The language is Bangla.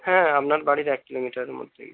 হ্যাঁ আপনার বাড়ির এক কিলোমিটারের মধ্যেই